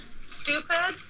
stupid